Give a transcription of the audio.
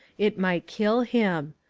it might kill him.